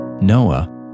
Noah